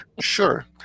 sure